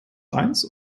eins